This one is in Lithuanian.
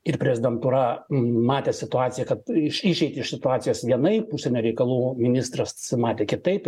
ir prezidentūra m matė situaciją kad iš išeitį iš situacijos vienaip užsienio reikalų ministras matė kitaip ir